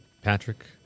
Patrick